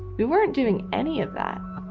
we weren't doing any of that.